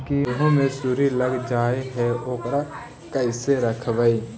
गेहू मे सुरही लग जाय है ओकरा कैसे रखबइ?